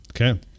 Okay